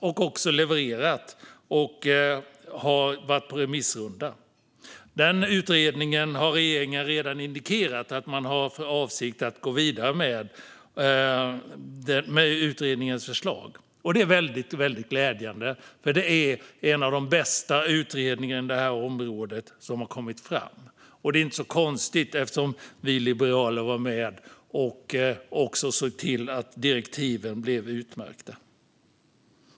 Förslaget har levererats och varit ute på remissrunda. Regeringen har redan indikerat att man har för avsikt att gå vidare med denna utrednings förslag. Det är väldigt glädjande, för det här är en av de bästa utredningar som har kommit fram på detta område. Och det är inte så konstigt eftersom vi liberaler var med och såg till att direktiven blev utmärkta.